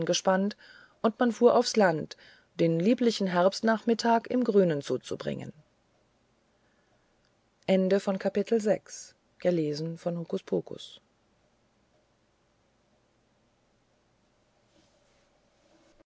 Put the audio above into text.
und man fuhr aufs land den lieblichen herbstnachmittag im grünen zuzubringen